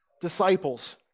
disciples